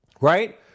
Right